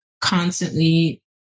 constantly